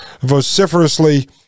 vociferously